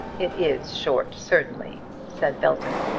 it is short certainly, said belton.